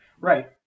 Right